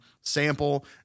sample